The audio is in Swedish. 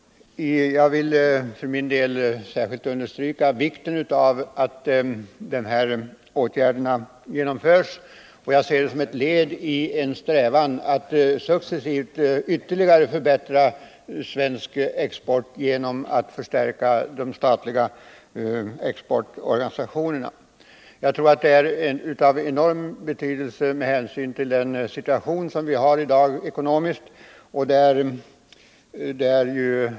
Jag vill för min del särskilt understryka vikten av att dessa åtgärder genomförs. Jag ser dem som ett led i en strävan att successivt ytterligare förbättra svensk export genom förstärkningar av den statliga exportorganisationen. Jag tror detta är av enorm betydelse med hänsyn till den 47 ekonomiska situation som vi har i dag.